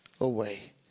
away